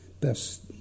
best